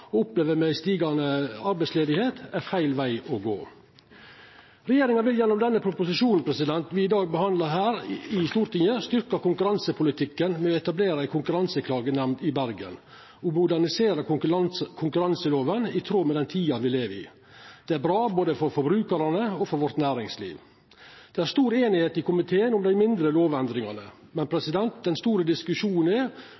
og det har gjeve oss auka forståing for betydinga av velfungerande marknader for å sikra effektiv bruk av samfunnsressursane. Å satsa på proteksjonisme som svar på dei utfordringane me i dag opplever med t.d. stigande arbeidsløyse, er feil veg å gå. Regjeringa vil gjennom den proposisjonen me i dag behandlar her i Stortinget, styrkja konkurransepolitikken ved å etablera ei konkurranseklagenemnd i Bergen og modernisera konkurranselova i tråd med den tida me lever i. Det er bra, både for